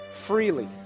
freely